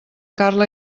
carla